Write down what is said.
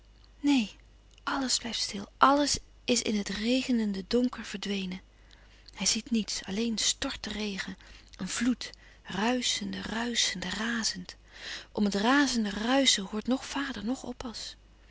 neen àlles blijft stil àlles is in het regenende donker verdwenen hij ziet niets alleen stort de regen een vloed ruischende ruischende razend om het razende ruischen hoort noch vader noch oppas